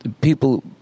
people